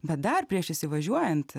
bet dar prieš įsivažiuojant